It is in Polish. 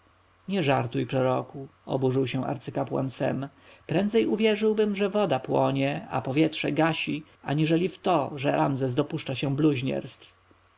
żartuj proroku oburzył się arcykapłan sem prędzej uwierzyłbym że woda płonie a powietrze gasi aniżeli w to że ramzes dopuszcza się bluźnierstw